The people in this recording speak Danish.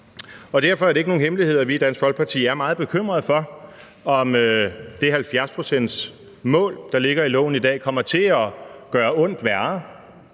Derfor er det ikke nogen hemmelighed, at vi i Dansk Folkeparti er meget bekymrede for, om det 70-procentsmål, der ligger i loven i dag, kommer til at gøre ondt værre